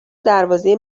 دروازه